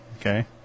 okay